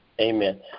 amen